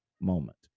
moment